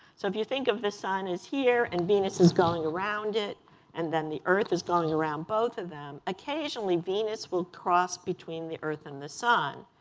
so if you think of the sun is here and venus is going around it and then the earth is going around both of them, occasionally venus will cross between the earth and the sun.